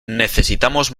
necesitamos